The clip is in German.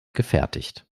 gefertigt